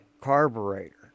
carburetor